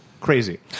crazy